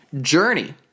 journey